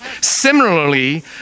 Similarly